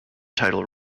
title